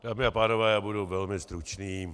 Dámy a pánové, já budu velmi stručný.